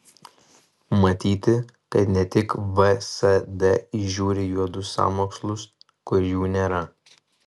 matyti kad ne tik vsd įžiūri juodus sąmokslus kur jų nėra